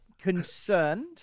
concerned